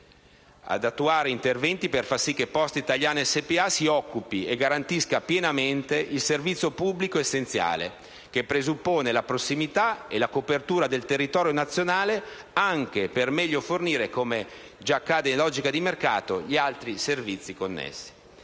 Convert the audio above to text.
ad attuare interventi per far sì che Poste italiane SpA si occupi e garantisca pienamente il servizio pubblico essenziale che presuppone la prossimità e la copertura del territorio nazionale anche per meglio fornire, come accade già in logica di mercato, gli altri servizi connessi.